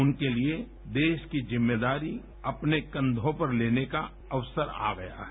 उनके लिए देश की जिम्मेदारी अपने कन्यों पर लेने का अवसर आ गया है